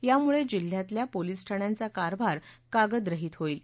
यामुळे जिल्ह्यातल्या पोलीस ठाण्यांचा कारभार कागदरहित होईल